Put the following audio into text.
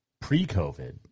pre-COVID